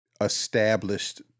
established